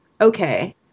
okay